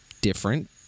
different